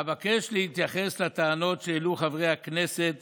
אבקש להתייחס לטענות שהעלו חברי הכנסת